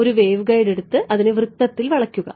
ഒരു വേവ്ഗൈഡ് എടുത്ത് അതിനെ വൃത്തത്തിൽ വളക്കുക